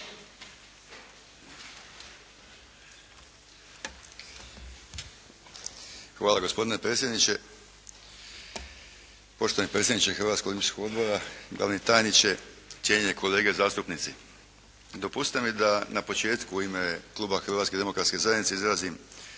Hvala gospodine predsjedniče, poštovani predsjedniče Hrvatskog olimpijskog odbora, glavni tajniče, cijenjeni kolege zastupnici. Dopustite mi da na početku u ime kluba Hrvatske demokratske zajednice izrazim